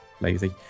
lazy